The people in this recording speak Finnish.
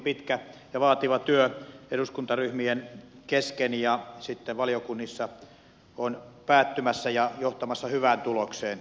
pitkä ja vaativa työ eduskuntaryhmien kesken ja valiokunnissa on päättymässä ja johtamassa hyvään tulokseen